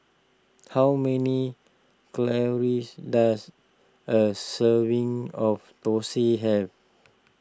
how many calories does a serving of Thosai have